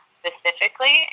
specifically